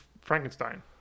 Frankenstein